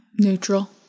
Neutral